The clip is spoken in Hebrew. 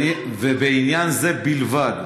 ובעניין זה בלבד.